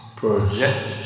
project